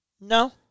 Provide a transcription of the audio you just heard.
No